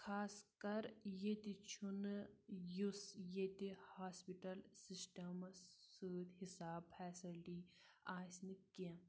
خاص کر ییٚتہِ چھُنہٕ یُس ییٚتہِ ہاسپِٹَل سِسٹمَس سۭتۍ حِساب فیسَلٹی آسہِ نہٕ کینٛہہ